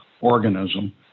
organism